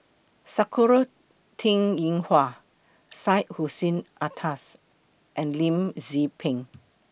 Sakura Teng Ying Hua Syed Hussein Alatas and Lim Tze Peng